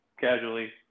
casually